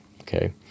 Okay